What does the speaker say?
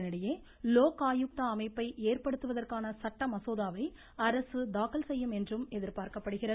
இதனிடையே லோக் ஆயுக்தா அமைப்பை ஏற்படுத்துவதற்கான சட்ட மசோதாவை அரசு தாக்கல் செய்யும் என்று எதிர்பார்க்கப்படுகிறது